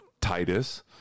Titus